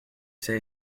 say